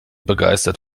begeistert